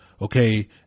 okay